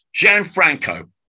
Gianfranco